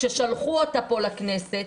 ששלחו אותה פה לכנסת,